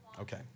Okay